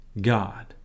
God